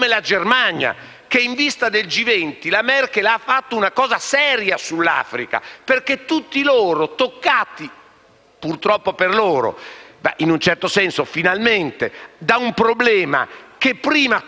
purtroppo per loro e in un certo senso finalmente - da un problema che prima riguardava solo noi, oggi capiscono che bisogna andare lì a portare la cooperazione. Presidente Gentiloni